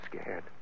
scared